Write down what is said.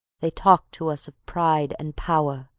they talk to us of pride and power,